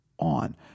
on